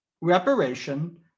reparation